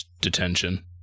detention